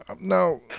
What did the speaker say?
Now